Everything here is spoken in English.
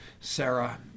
sarah